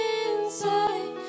inside